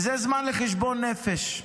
וזה זמן לחשבון נפש.